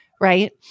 right